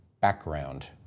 background